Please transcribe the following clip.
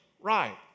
right